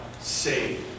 Saved